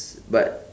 but